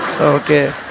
okay